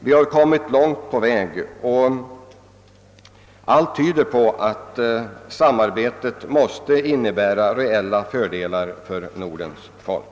Vi har kommit långt på väg, och allt tyder på att samarbetet innebär reella fördelar för Nordens folk.